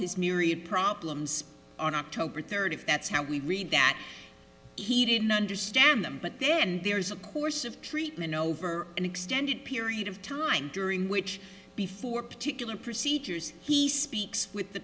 his myriad problems on october third if that's how we read that he didn't understand them but then there is a course of treatment over an extended period of time during which before particular procedures he speaks with the